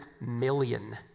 million